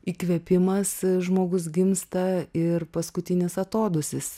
įkvėpimas žmogus gimsta ir paskutinis atodūsis